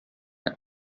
and